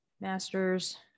masters